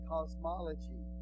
Cosmology